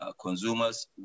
Consumers